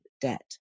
debt